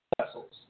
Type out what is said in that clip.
vessels